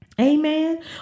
Amen